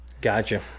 Gotcha